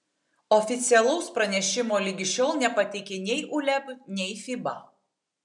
oficialaus pranešimo ligi šiol nepateikė nei uleb nei fiba